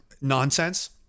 nonsense